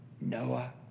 Noah